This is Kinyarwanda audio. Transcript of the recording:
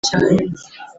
cyane